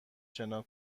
شنا